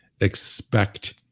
expect